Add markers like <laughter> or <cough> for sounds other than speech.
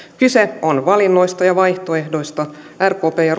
kyse on valinnoista ja vaihtoehdoista rkpllä ja <unintelligible>